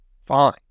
fine